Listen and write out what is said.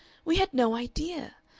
we had no idea.